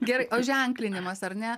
gerai o ženklinimas ar ne